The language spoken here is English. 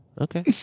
Okay